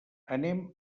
anem